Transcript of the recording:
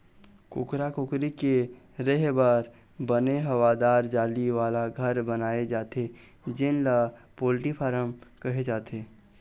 कुकरा कुकरी के रेहे बर बने हवादार जाली वाला घर बनाए जाथे जेन ल पोल्टी फारम कहे जाथे